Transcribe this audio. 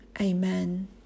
amen